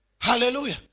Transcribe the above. Hallelujah